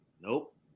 nope